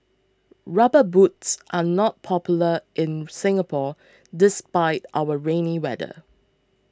rubber boots are not popular in Singapore despite our rainy weather